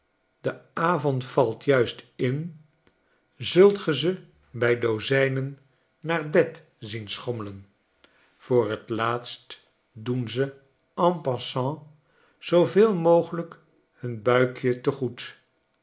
de avond valt juist in zult ge ze bij dozijnen naar bed zien schommelen voor t laatst doen ze en passant zooveel mogelijk hunbuikjete goed